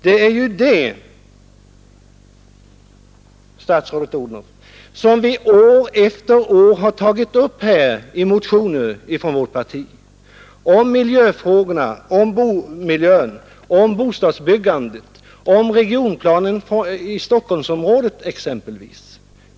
Det är ju dessa problem, statsrådet Odhnoff, som vi år efter år har tagit upp här i motioner från vårt parti — om miljöfrågorna, om boendemiljön, om bostadsbyggandet, om regionplanen i Stockholmsområdet exempelvis.